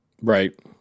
Right